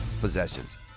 possessions